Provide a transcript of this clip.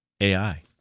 AI